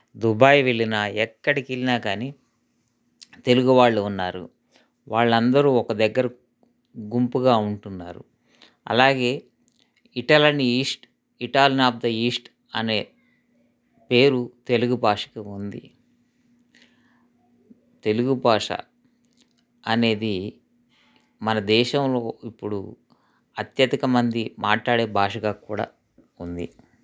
Dubai వెళ్ళినా ఎక్కడికి వెళ్ళినా కానీ తెలుగు వాళ్ళు ఉన్నారు వాళ్ళందరూ ఒక దగ్గర గుంపుగా ఉంటున్నారు అలాగే ఇటలని east Italian of the east అనే పేరు తెలుగు భాషకు ఉంది తెలుగు భాష అనేది మన దేశంలో ఇప్పుడు అత్యధిక మంది మాట్లాడే భాషగా కూడా ఉంది